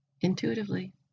intuitively